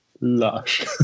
Lush